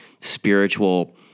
spiritual